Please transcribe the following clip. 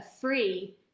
free